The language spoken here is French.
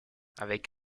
avec